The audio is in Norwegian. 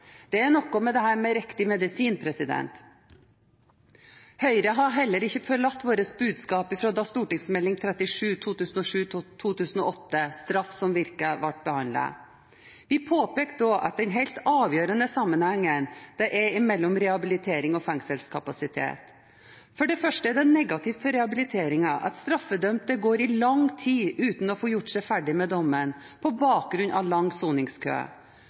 Det er noe med dette å gi riktig medisin. Høyre har heller ikke forlatt sitt budskap fra da St.meld. nr. 37 for 2007–2008, Straff som virker, ble behandlet. Vi påpekte da den helt avgjørende sammenhengen det er mellom rehabilitering og fengselskapasitet. For det første er det negativt for rehabiliteringen av straffedømte går i lang tid uten å få gjort seg ferdig med dommen på bakgrunn av lang soningskø.